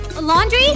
Laundry